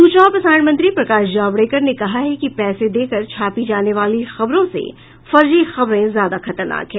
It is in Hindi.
सूचना और प्रसारण मंत्री प्रकाश जावड़ेकर ने कहा है कि पैसे देकर छापी जाने वाली खबरों से फर्जी खबरें ज्यादा खतरनाक हैं